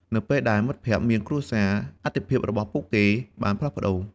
នៅពេលដែលមិត្តភក្តិមានគ្រួសារ អាទិភាពរបស់ពួកគេបានផ្លាស់ប្តូរ។